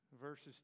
verses